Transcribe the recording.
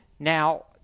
Now